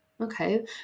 okay